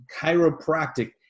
Chiropractic